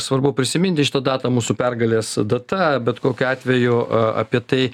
svarbu prisiminti šitą datą mūsų pergalės data bet kokiu atveju apie tai